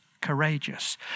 courageous